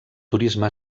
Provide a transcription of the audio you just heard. turisme